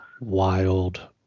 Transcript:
Wild